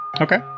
Okay